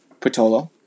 Patolo